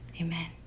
Amen